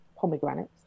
pomegranates